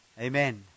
Amen